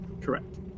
Correct